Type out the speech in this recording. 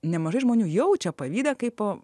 nemažai žmonių jaučia pavydą kaipo